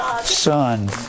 son